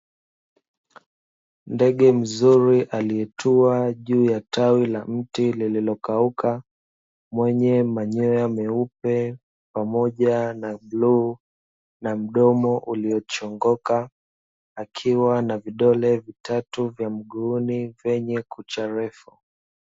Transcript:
Ndege mzuri aliyetua juu ya tawi la mti lililokauka mwenye manyoya meupe pamoja ma bluu, mwenye mdomo uliochongoka akiwa na vidole vitatu vya mguuni vyenye kucha refu.